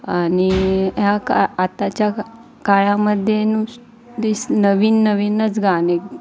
आणि ह्या का आताच्या का काळामध्ये नुसतेच नवीन नवीनच गाणे